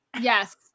Yes